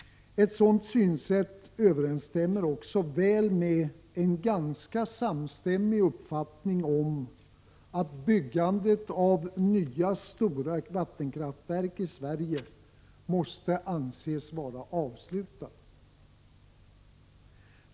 Ett sådant synsätt överensstämmer också väl med en ganska samstämmig uppfattning om att byggandet av nya stora vattenkraftverk i Sverige måste anses vara avslutat.